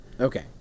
Okay